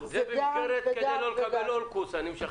אני משחרר כדי לא לקבל אולקוס.